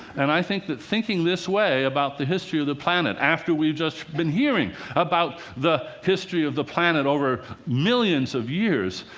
and i think that thinking this way about the history of the planet, after we've just been hearing about the history of the planet over millions of years,